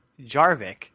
Jarvik